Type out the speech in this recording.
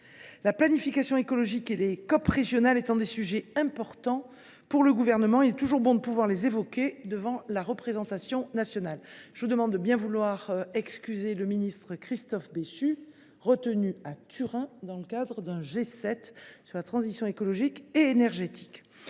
La planification écologique et les COP régionales étant des sujets importants pour le Gouvernement, il est toujours bon de pouvoir les évoquer devant la représentation nationale. Je vous demande de bien vouloir excuser le ministre Christophe Béchu, retenu à Turin par une réunion des ministres du G7 sur la transition écologique et énergétique.